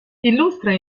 illustra